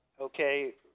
okay